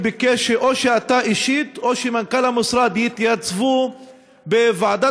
ביקש שאתה אישית או מנכ"ל המשרד תתייצבו בוועדת